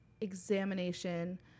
examination